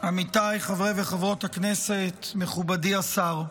עמיתיי חברי וחברות הכנסת, מכובדי השר,